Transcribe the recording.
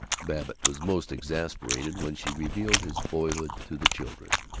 babbitt was most exasperated when she revealed his boyhood to the children.